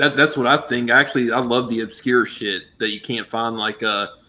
and that's what i think. actually i loved the obscure shit that you can't find like a,